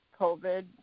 COVID